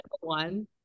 one